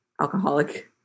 alcoholic